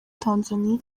tanzania